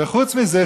וחוץ מזה,